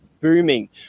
booming